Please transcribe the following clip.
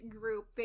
group